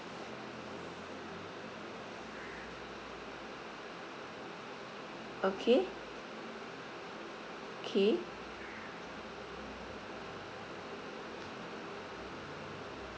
okay K